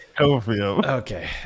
Okay